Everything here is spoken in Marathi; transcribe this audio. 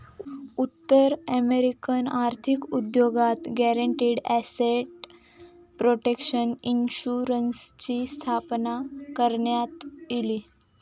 उत्तर अमेरिकन आर्थिक उद्योगात गॅरंटीड एसेट प्रोटेक्शन इन्शुरन्सची स्थापना करण्यात इली